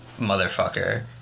Motherfucker